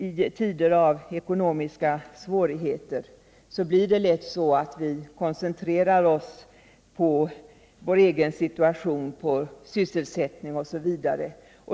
I tider av ekonomiska svårigheter koncentrerar vi oss gärna på vår egen situation, sysselsättning osv.